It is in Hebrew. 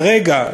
כרגע,